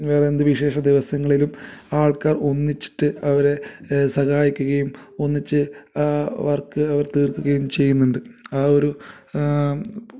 വേറെ എന്തു വിശേഷ ദിവസങ്ങളിലും ആ ആൾക്കാർ ഒന്നിച്ചിട്ട് അവരെ സഹായിക്കുകയും ഒന്നിച്ചു വർക്ക് അവർ തീർക്കുകയും ചെയ്യുന്നുണ്ട് ആ ഒരു